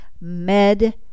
med